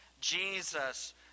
Jesus